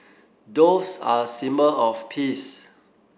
doves are a symbol of peace